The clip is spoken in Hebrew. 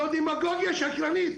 זו דמגוגיה שקרנית.